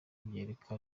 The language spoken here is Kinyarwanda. byerekeza